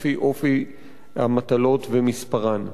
לפי אופי המטלות ומספרן.